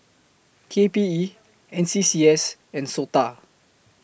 K P E N S C S and Sota